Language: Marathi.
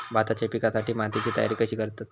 भाताच्या पिकासाठी मातीची तयारी कशी करतत?